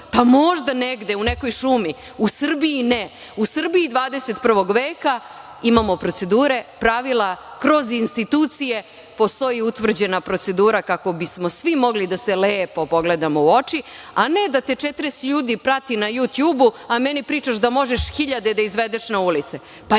ima? Možda negde u nekoj šumi, ali u Srbiji ne. U Srbiji 21. veka imamo procedure, pravila, kroz institucije postoji utvrđena procedura kako bismo svi mogli da se lepo pogledamo u oči, a ne da te 40 ljudi prati na „Jutjubu“, a meni pričaš da možeš hiljade da izvedeš na ulice.